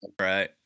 Right